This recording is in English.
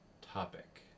topic